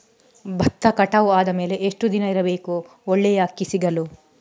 ಭತ್ತ ಕಟಾವು ಆದಮೇಲೆ ಎಷ್ಟು ದಿನ ಇಡಬೇಕು ಒಳ್ಳೆಯ ಅಕ್ಕಿ ಸಿಗಲು?